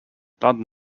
london